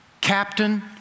Captain